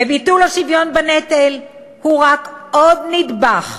וביטול השוויון בנטל הוא רק עוד נדבך